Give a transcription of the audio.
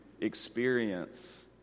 experience